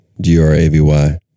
G-R-A-V-Y